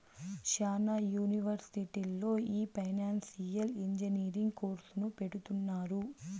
శ్యానా యూనివర్సిటీల్లో ఈ ఫైనాన్సియల్ ఇంజనీరింగ్ కోర్సును పెడుతున్నారు